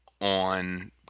on